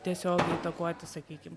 tiesiog įtakoti sakykim